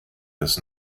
bis